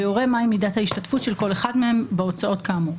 ויורה מהי מידת ההשתתפות של כל אחד מהם בהוצאות כאמור,"